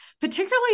particularly